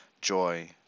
joy